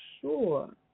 sure